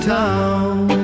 town